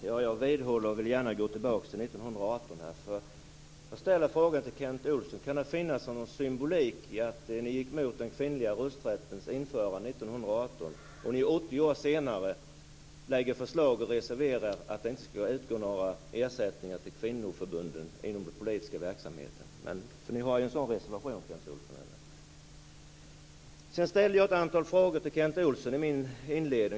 Herr talman! Jag vill fortfarande gärna gå tillbaka till 1918. Jag ställer frågan till Kent Olsson: Kan det finnas någon symbolik i att ni gick emot den kvinnliga rösträttens införande 1918 och att ni 80 år senare lägger fram förslag om och reserverar er för att det inte skall utgå några ersättningar till kvinnoförbunden inom den politiska verksamheten? Ni har ju en sådan reservation, Kent Olsson. Sedan ställde jag ett antal frågor till Kent Olsson i min inledning.